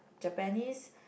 Japanese